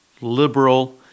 liberal